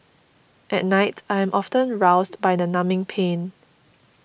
at night I am often roused by the numbing pain